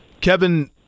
Kevin